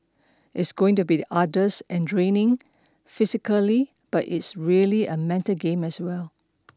it's going to be the arduous and draining physically but it's really a mental game as well